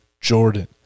Jordan